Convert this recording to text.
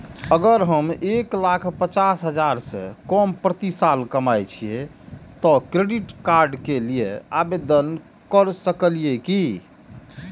अगर हम एक लाख पचास हजार से कम प्रति साल कमाय छियै त क्रेडिट कार्ड के लिये आवेदन कर सकलियै की?